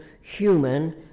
human